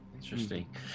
interesting